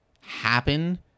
happen